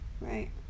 Right